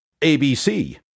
ABC